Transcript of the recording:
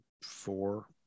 Four